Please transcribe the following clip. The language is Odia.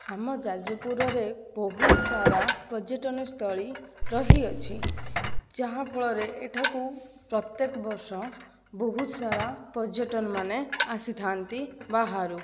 ଆମ ଯାଜପୁରରେ ବହୁତ ସାରା ପର୍ଯ୍ୟଟନସ୍ଥଳୀ ରହିଅଛି ଯାହାଫଳରେ ଏଠାକୁ ପ୍ରତ୍ୟେକ ବର୍ଷ ବହୁତ ସାରା ପର୍ଯ୍ୟଟନମାନେ ଆସିଥାନ୍ତି ବାହାରୁ